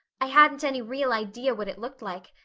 i hadn't any real idea what it looked like.